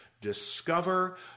discover